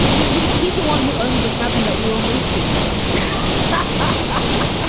he he's he's the one who owns the cabin that we all moved to but but